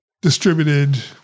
distributed